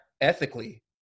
ethically